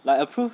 like approve